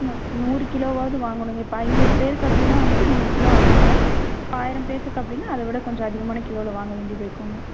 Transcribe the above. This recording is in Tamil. நு நூறு கிலோவாது வாங்கணும்ங்க இப்போ ஐநூறு பேருக்கு அப்படினா வந்துவிட்டு நூறு கிலோ ஆகும்ங்க ஆயிரம் பேர்த்துக்கு அப்படினா அதை விட கொஞ்சம் அதிகமான கிலோவில் வாங்க வேண்டியது இருக்கும்ங்க